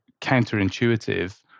counterintuitive